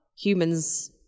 humans